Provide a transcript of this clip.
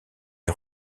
est